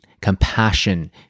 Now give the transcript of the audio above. compassion